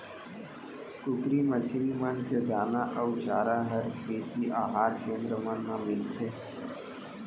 कुकरी, मछरी मन के दाना अउ चारा हर कृषि अहार केन्द्र मन मा मिलथे